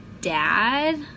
dad